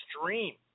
stream